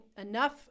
enough